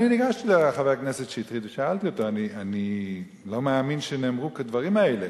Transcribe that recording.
ניגשתי לחבר הכנסת שטרית ושאלתי אותו: אני לא מאמין שנאמרו כדברים האלה.